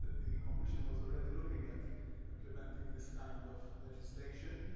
the commission was already looking at implementing this kind of legislation.